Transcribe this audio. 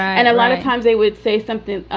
and a lot of times they would say something.